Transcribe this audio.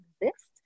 exist